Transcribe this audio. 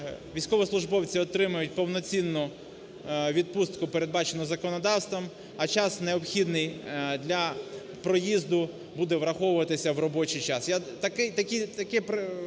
військовослужбовці отримають повноцінну відпустку, передбачену законодавством, а час, необхідний для проїзду, буде враховуватися в робочий час. Таке